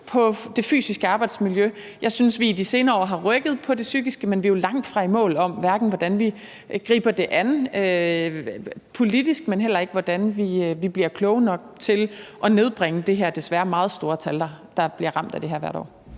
på det fysiske arbejdsmiljø. Jeg synes, vi i de senere år har rykket på det psykiske, men vi er jo langtfra i mål hverken med, hvordan vi griber det an politisk, eller hvordan vi bliver kloge nok til at nedbringe det her desværre meget store antal folk, der bliver ramt af det her hvert år.